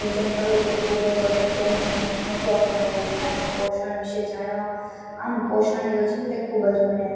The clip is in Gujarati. ભોજન કરવું તે ખૂબજ અગત્યનું અને મહત્ત્વપૂર્ણ હોય છે આમ પોષણ વિષે જાણવા આમ પોષણ યોજના તે ખૂબ જ મને